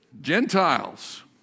Gentiles